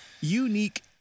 Unique